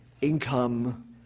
income